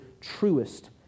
truest